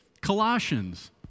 Colossians